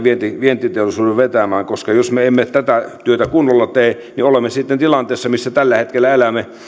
vientiteollisuuden vetämään koska jos me emme tätä työtä kunnolla tee niin olemme sitten tilanteessa missä tällä hetkellä elämme